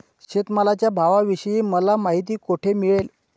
शेतमालाच्या भावाविषयी मला माहिती कोठे मिळेल?